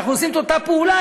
אנחנו עושים את אותה פעולה,